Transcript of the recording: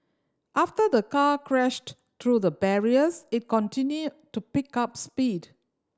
after the car crashed through the barriers it continued to pick up speed